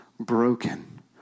broken